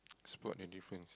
spot the difference